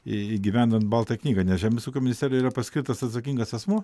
įgyvendinant baltą knygą nes žemės ūkio ministerija yra paskirtas atsakingas asmuo